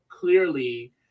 clearly